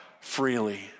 freely